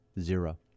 Zero